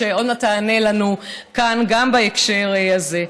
שעוד מעט תענה לנו כאן גם בהקשר הזה.